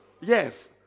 Yes